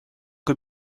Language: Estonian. kui